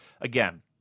Again